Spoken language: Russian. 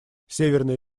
северный